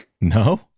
No